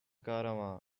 caravan